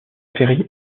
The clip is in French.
perry